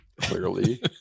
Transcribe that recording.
clearly